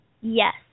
Yes